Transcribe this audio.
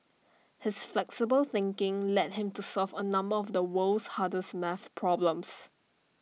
his flexible thinking led him to solve A number of the world's hardest maths problems